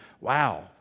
wow